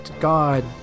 god